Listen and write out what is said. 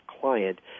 client